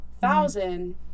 thousand